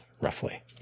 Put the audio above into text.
roughly